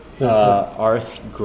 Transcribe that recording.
Arth